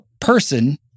person